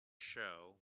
show